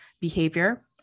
behavior